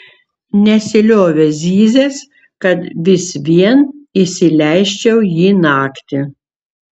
nesiliovė zyzęs kad vis vien įsileisčiau jį naktį